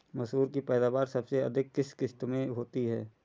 मसूर की पैदावार सबसे अधिक किस किश्त में होती है?